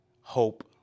hope